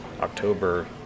October